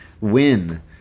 win